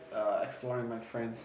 err exploring my friends